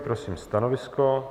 Prosím stanovisko.